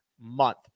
month